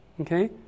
Okay